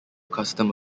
custom